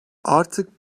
artık